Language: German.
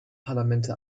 parlamente